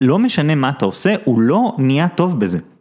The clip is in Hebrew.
לא משנה מה אתה עושה, הוא לא נהיה טוב בזה.